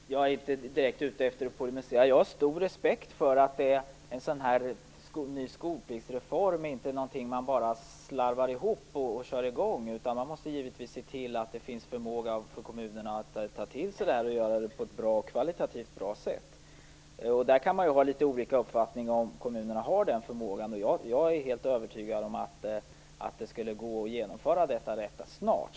Fru talman! Jag är inte direkt ute efter att polemisera. Jag har stor respekt för att en skolpliktsreform inte är något som man bara slarvar ihop och kör i gång. Man måste givetvis se till att kommunerna har förmåga att ta till sig det här och att göra det på ett kvalitativt bra sätt. Man kan ju ha litet olika uppfattningar när det gäller frågan om kommunerna har den förmågan. Jag är helt övertygad om att det skulle gå att genomföra detta rätt snart.